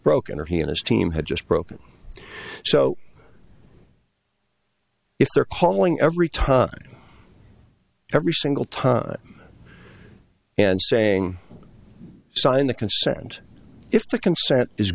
broken or he and his team had just broken so if they're calling every time every single time and saying sign the consent if the